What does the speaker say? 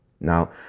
Now